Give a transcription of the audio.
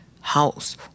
house